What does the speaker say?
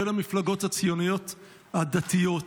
של המפלגות הציוניות הדתיות.